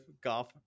golf